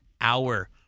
hour